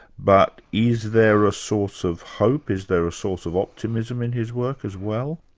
but is there a source of hope? is there a source of optimism in his work as well?